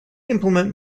implement